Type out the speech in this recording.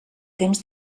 temps